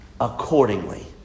Accordingly